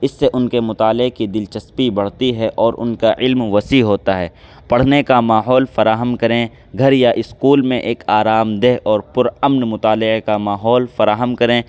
اس سے ان کے مطالعے کی دلچسپی بڑھتی ہے اور ان کا علم وسیع ہوتا ہے پڑھنے کا ماحول فراہم کریں گھر یا اسکول میں ایک آرامدہ اور پرامن مطالعے کا ماحول فراہم کریں